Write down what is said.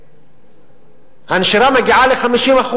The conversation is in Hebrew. הנשירה מגיעה ל-50%,